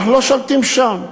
אנחנו לא שולטים שם.